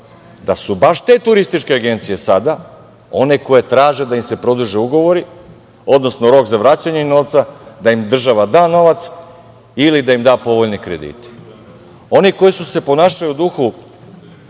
da su baš te turističke agencije sada one koje traže da im se produže ugovori, odnosno rok za vraćanje novca, da im država da novac ili da im da povoljnije kredite. Oni koji se ponašaju u duhu